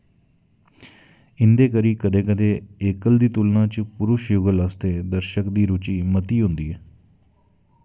इं'दे करी कदें कदें एकल दी तुलना च पुरश युगल आस्तै दर्शक दी रुचि मती होंदी ऐ